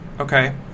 Okay